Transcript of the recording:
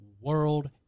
World